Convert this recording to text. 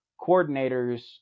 coordinators